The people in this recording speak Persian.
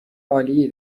عالی